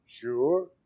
sure